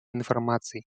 информацией